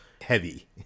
heavy